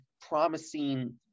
promising